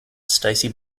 stacey